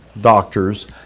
doctors